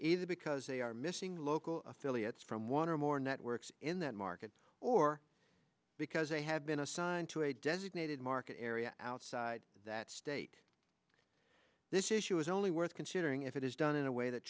either because they are missing local affiliates from one or more networks in that market or because they have been assigned to a designated market area outside that state this issue is only worth considering if it is done in a way that